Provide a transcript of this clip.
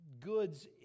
goods